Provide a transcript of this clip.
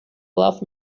bluff